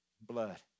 Blood